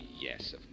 yes